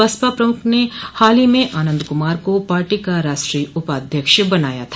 बसपा प्रमुख ने हाल ही में आनन्द कमार को पार्टी का राष्ट्रीय उपाध्यक्ष बनाया था